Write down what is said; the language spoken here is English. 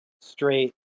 straight